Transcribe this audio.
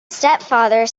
stepfather